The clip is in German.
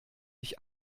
ich